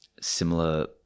similar